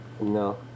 No